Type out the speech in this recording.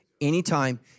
anytime